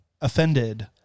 offended